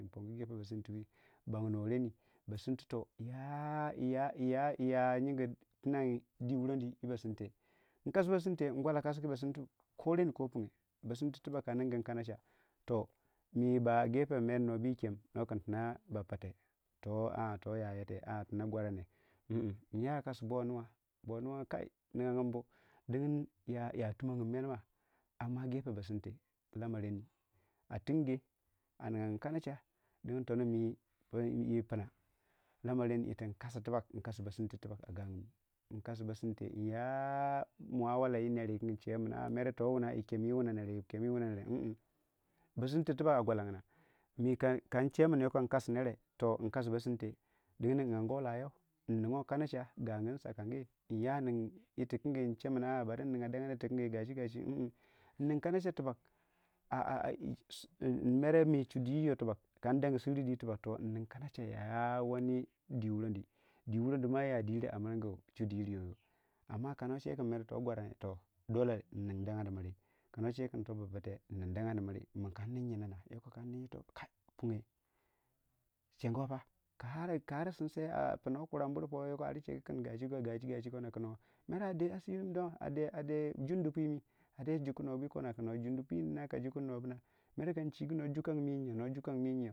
Bannuwe reni ba simte ya ya yingi dii wurondii yii ba simte nkasi basimte ngwallo kasku basimte korenni kopunge basimte tubbag ka ningumu kanche toh bami a gefe nuwa bu yikam no kin tinna bappata ala to yoyata aa tina gwarene mm yiyakasi bo nuwa bo nuwa kai ninginbu dingin ya tummogin merma amma ba simte lamareni a tinge a ninganin kancha dingin kasatibbeg nkasi ba simte tibbag a gagumu nkasi basimte nya muhawala yir ner wukange nchewei min mere yikem yii wunna nere yii kem yiiwunna nere basinte tibbag a gwallangna mikanche in oko nkasu nere to nkasi basinte dingin nianguwei lah ou nnoguwei anacha gagumu sakangi nyanin yirti kangi nchemin a'a bari nninga dangadi tukangi gachi gachi m nningka nacha tubbag mere mi chudiyir Iyo tubbag an dongi siridi tubbag toh nnin kanacha a woonni dii wurondii diiwurondi ma a diria morgue chudiyir yoyo wani kana chekin toh gwaranne toh amma nnina dangani miri kanache kinto bappate nnin dangandi mirri min kan nin yina na kai kan nigi yiito punge chenguwei a ara sinsan pino kuran buripo yoko ar chequkin gachi gachi kona kin woo mere a de asiri mii don ade ade jundu pumi a de juku nuwabii kona jundu piimi dinna ka jukur nuwa buna mere kan chigu nuwa jukangumu ii yinyau yiiyinyau.